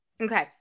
Okay